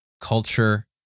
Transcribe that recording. culture